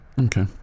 Okay